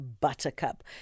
Buttercup